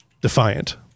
Defiant